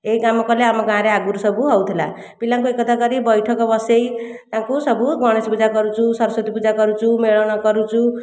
ଏହି କାମ କଲେ ଆମ ଗାଁରେ ଆଗରୁ ସବୁ ହେଉଥିଲା ପିଲାଙ୍କୁ ଏକତା କରି ବୈଠକ ବସେଇ ତାଙ୍କୁ ସବୁ ଗଣେଶପୂଜା କରୁଛୁ ସରସ୍ଵତୀପୂଜା କରୁଛୁ ମେଳଣ କରୁଛୁ